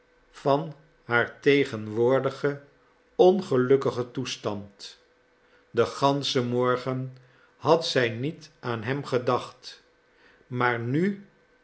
van haar tegenwoordigen ongelukkigen toestand den ganschen morgen had zij niet aan hem gedacht maar nu